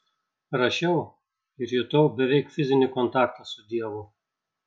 rašiau ir jutau beveik fizinį kontaktą su dievu